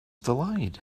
delayed